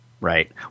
Right